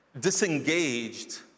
disengaged